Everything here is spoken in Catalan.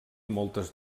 moltes